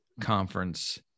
conference